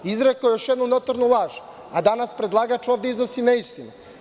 Izrekao je još jednu notornu laž, a danas predlagač ovde iznosi neistine.